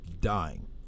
dying